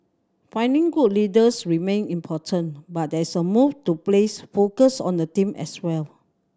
finding good leaders remain important but there is a move to place focus on the team as well